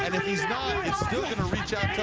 and if he's still going to reach out.